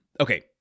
Okay